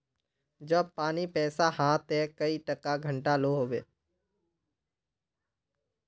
जब पानी पैसा हाँ ते कई टका घंटा लो होबे?